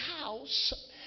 house